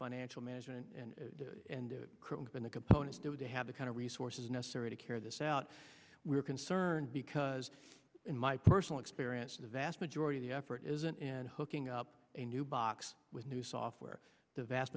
financial management than the components do they have the kind of resources necessary to carry this out we are concerned because in my personal experience the vast majority of the effort isn't hooking up a new box with new software the vast